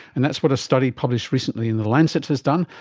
and that's what a study published recently in the lancet has done,